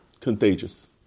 contagious